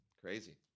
Crazy